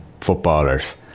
footballers